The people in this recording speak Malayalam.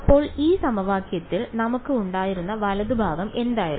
അപ്പോൾ ഈ സമവാക്യത്തിൽ നമുക്ക് ഉണ്ടായിരുന്ന വലതുഭാഗം എന്തായിരുന്നു